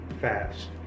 fast